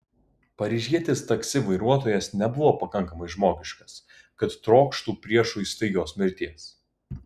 paryžietis taksi vairuotojas nebuvo pakankamai žmogiškas kad trokštų priešui staigios mirties